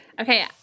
Okay